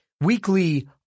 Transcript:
weekly